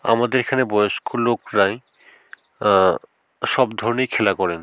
আমাদের এখানে বয়েস্ক লোকরাই সব ধরনের খেলা করেন